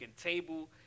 table